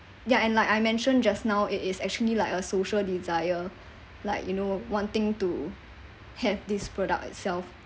ya and like I mentioned just now it is actually like a social desire like you know wanting to have this product itself